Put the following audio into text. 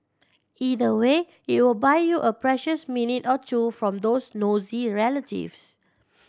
either way it will buy you a precious minute or two from those nosy relatives